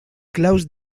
claus